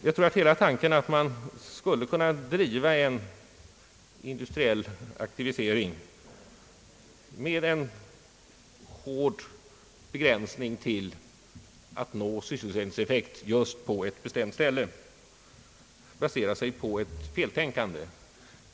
Jag tror att idén att man skulle kunna driva en industriell aktivisering med en hård begränsning till att nå sysselsättningseffekt just på ett bestämt ställe baserar sig på ett feltänkande.